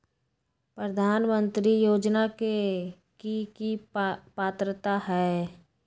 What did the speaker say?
प्रधानमंत्री योजना के की की पात्रता है?